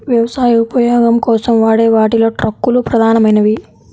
వ్యవసాయ ఉపయోగం కోసం వాడే వాటిలో ట్రక్కులు ప్రధానమైనవి